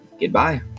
Goodbye